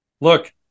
Look